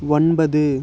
ஒன்பது